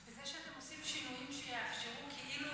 בזה שאתם עושים שינויים שיאפשרו כאילו